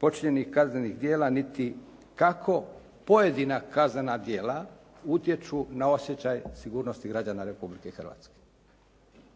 počinitelja kaznenih djela niti kako pojedina kaznena djela utječu na osjećaj sigurnosti građana Republike Hrvatske.